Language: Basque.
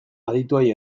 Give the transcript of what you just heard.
adituei